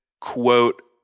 quote